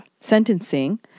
sentencing